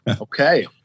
okay